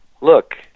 look